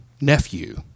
nephew